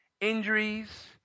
injuries